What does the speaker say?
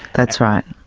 that's right.